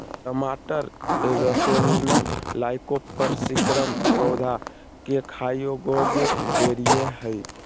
टमाटरसोलनम लाइकोपर्सिकम पौधा केखाययोग्यबेरीहइ